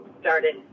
started